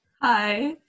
Hi